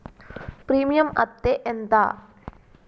Premium అత్తే ఎంత?